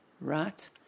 Right